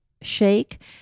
shake